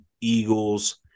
Eagles